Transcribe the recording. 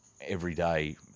everyday